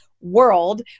world